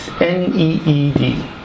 N-E-E-D